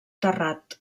terrat